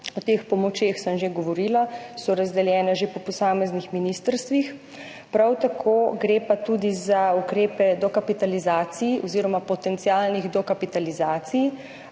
O teh pomočeh sem že govorila, so že razdeljene po posameznih ministrstvih. Prav tako gre pa tudi za ukrepe dokapitalizacij oziroma potencialnih dokapitalizacij.